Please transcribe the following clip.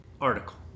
article